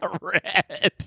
Red